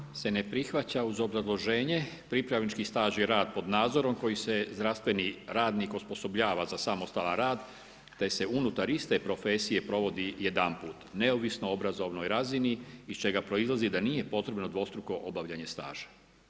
Amandman se ne prihvaća uz obrazloženje, pripravnički staž i rad pod nadzorom kojim se zdravstveni radnik osposobljava za samostalan rad, te se unutar iste profesije provodi jedanput, neovisno o obrazovnoj razini, iz čega proizlazi da nije potrebno dvostruko obavljanje staža.